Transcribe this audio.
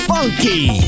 Funky